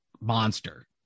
monster